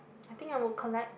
I think I would collect